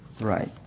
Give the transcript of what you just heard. right